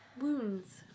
wounds